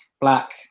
black